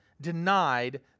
denied